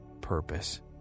purpose